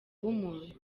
w’umuntu